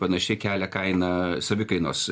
panašiai kelia kainą savikainos